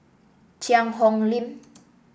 Cheang Hong Lim